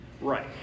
Right